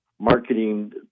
marketing